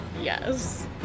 yes